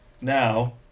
now